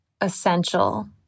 essential